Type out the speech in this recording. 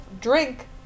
drink